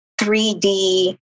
3D